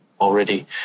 already